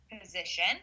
position